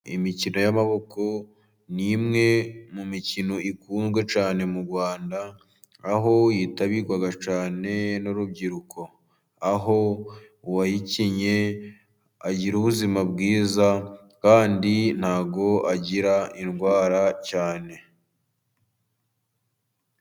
Imikino y'amaboko ni imwe mu mikino ikundwa cyane mu Rwanda aho yitabirwa cyane n'urubyiruko, aho uwayikinnye agira ubuzima bwiza kandi ntabwo agira indwara cyane.